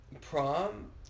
Prom